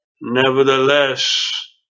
Nevertheless